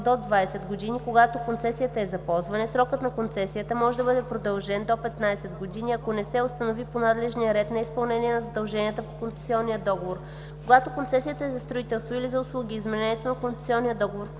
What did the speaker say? до 20 години. Когато концесията е за ползване, срокът на концесията може да бъде продължен до 15 години, ако не се установи по надлежния ред неизпълнение на задълженията по концесионния договор. Когато концесията е за строителство или за услуги, изменението на концесионния договор,